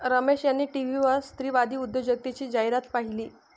रमेश यांनी टीव्हीवर स्त्रीवादी उद्योजकतेची जाहिरात पाहिली